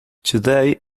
today